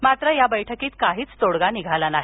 मात्र या बैठकीत काहीच तोडगा निघाला नाही